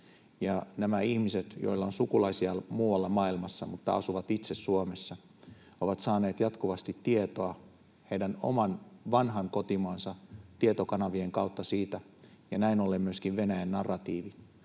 nämä ihmiset, joilla on sukulaisia muualla maailmassa mutta asuvat itse Suomessa, ovat saaneet jatkuvasti tietoa heidän oman vanhan kotimaansa tietokanavien kautta siitä ja näin ollen myöskin Venäjän narratiivin.